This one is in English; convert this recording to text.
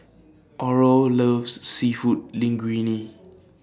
Aurore loves Seafood Linguine